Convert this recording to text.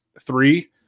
three